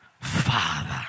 Father